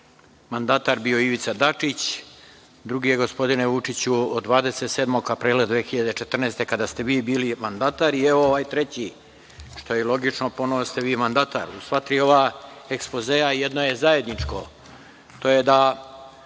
mandatar bio Ivica Dačić, drugi je, gospodine Vučiću, od 27. aprila 2014. godine, kada ste vi bili mandatar i ovaj treći, što je i logično, ponovo ste vi mandatar. U sva tri ova ekspozea jedno je zajedničko, to je da